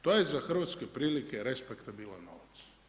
To je za Hrvatske prilike respektabilan novac.